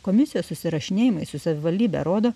komisijos susirašinėjimai su savivaldybe rodo